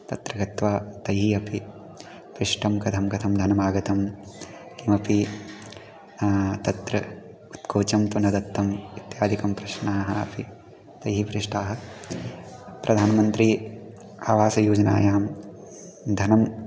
तत्र गत्वा तैः अपि पृष्टम् कथं कथं धनमागतं किमपि तत्र उत्कोचं तु न दत्तम् इत्यादिकं प्रश्नाः अपि तैः पृष्टाः प्रधानमन्त्री आवासयोजनायां धनं